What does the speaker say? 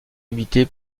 limitée